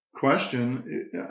question